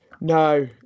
No